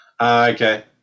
Okay